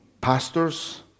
pastors